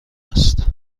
است